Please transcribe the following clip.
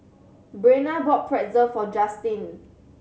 Brenna bought Pretzel for Justine